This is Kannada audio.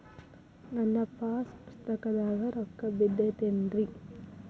ನನ್ನ ಪಾಸ್ ಪುಸ್ತಕದಾಗ ರೊಕ್ಕ ಬಿದ್ದೈತೇನ್ರಿ?